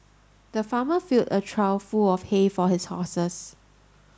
the farmer filled a trough full of hay for his horses